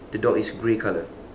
the dog is grey colour